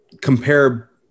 compare